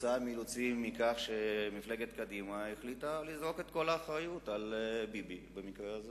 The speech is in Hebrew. כתוצאה מכך שמפלגת קדימה החליטה לזרוק את כל האחריות על ביבי במקרה הזה